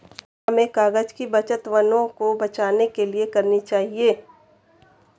हमें कागज़ की बचत वनों को बचाने के लिए करनी चाहिए